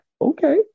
okay